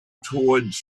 towards